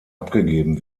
abgegeben